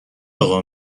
اقا